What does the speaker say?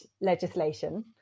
legislation